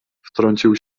wtrącił